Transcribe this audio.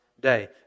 day